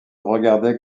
regardaient